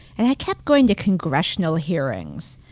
and i kept going to congressional hearings,